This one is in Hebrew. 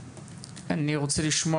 אני רוצה לשמוע,